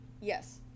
yes